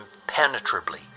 impenetrably